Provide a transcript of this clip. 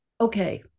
Okay